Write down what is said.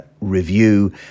review